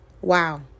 wow